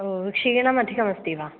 ओ क्षीनम् अधिकमस्ति वा